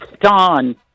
Don